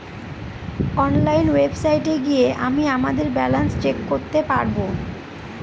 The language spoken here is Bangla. অনলাইন ওয়েবসাইটে গিয়ে আমিই আমাদের ব্যালান্স চেক করতে পারবো